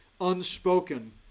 unspoken